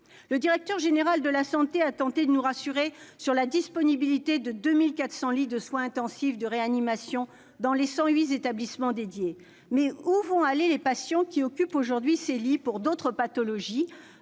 Le directeur général de la santé a tenté de nous rassurer sur la disponibilité de 2 400 lits de soins intensifs et de réanimation dans les 108 établissements dédiés. Où vont aller les patients qui occupent aujourd'hui ces lits pour d'autres pathologies ?